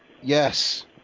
Yes